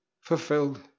fulfilled